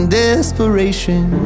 desperation